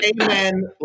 Amen